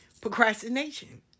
procrastination